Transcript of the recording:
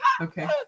Okay